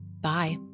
Bye